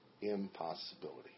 impossibility